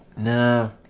no